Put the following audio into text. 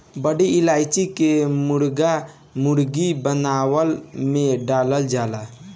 बड़ी इलायची के मुर्गा मुर्गी बनवला में डालल जाला